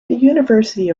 university